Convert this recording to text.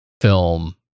film